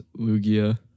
Lugia